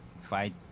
fight